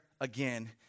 again